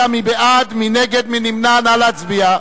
נא להצביע.